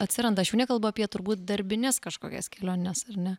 atsiranda aš jau nekalbu apie turbūt darbines kažkokias keliones ar ne